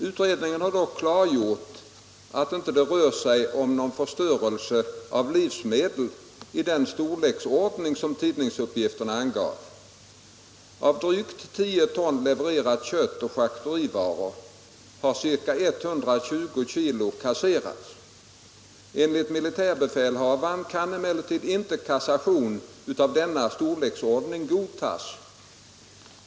Utredningen har dock klargjort att det inte rört sig om någon förstörelse av livsmedel i den storleksordning som tidningsuppgifterna angav. Av drygt 10 ton levererade köttoch charkuterivaror har ca 120 kg kasserats. Enligt militärbefälhavaren kan Nr 8 emellertid inte kassation av denna storleksordning godtas.